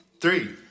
three